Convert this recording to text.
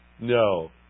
No